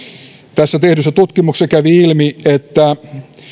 tässä tehdyssä tutkimuksessa kävi ilmi että